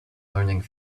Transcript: learning